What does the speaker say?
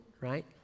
right